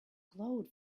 glowed